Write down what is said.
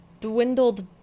dwindled